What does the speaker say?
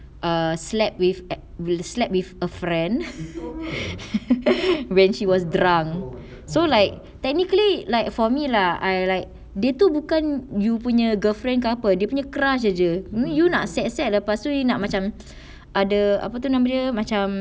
err slept with eh will slept with a friend when she was drunk so like technically like for me lah I like dia tu bukan you punya girlfriend couple dia punya crush sahaja you you nak sad sad lepas tu you nak macam ada apa tu nama dia macam